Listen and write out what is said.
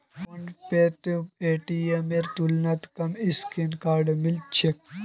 फोनपेत पेटीएमेर तुलनात कम स्क्रैच कार्ड मिल छेक